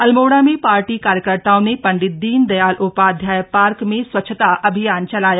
अल्मोड़ा में पार्टी कार्यकर्ताओं ने पंडित दीनदयाल उपाध्याय पार्क में स्वच्छता अभियान चलाया